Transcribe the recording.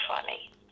funny